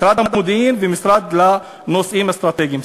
משרד המודיעין ומשרד לנושאים אסטרטגיים.